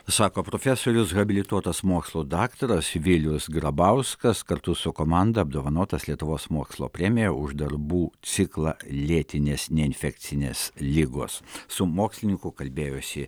sako profesorius habilituotas mokslų daktaras vilius grabauskas kartu su komanda apdovanotas lietuvos mokslo premija už darbų ciklą lėtinės neinfekcinės ligos su mokslininku kalbėjosi